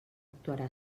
actuarà